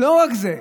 לא רק זה.